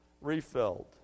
refilled